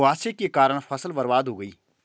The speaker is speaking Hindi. कुहासे के कारण फसल बर्बाद हो गयी